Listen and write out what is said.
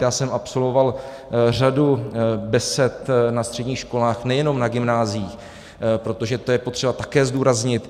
Já jsem absolvoval řadu besed na středních školách, nejenom na gymnáziích, protože to je potřeba také zdůraznit.